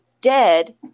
dead